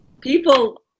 people